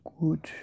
good